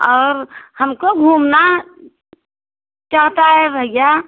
और हमको घूमना चाहता है भैया